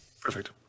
Perfect